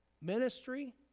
ministry